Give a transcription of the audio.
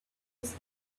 was